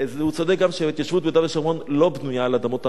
הוא צודק גם שההתיישבות ביהודה ושומרון לא בנויה על אדמות ערביות,